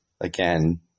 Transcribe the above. again